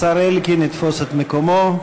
השר אלקין יתפוס את מקומו,